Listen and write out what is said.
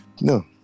no